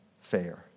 fair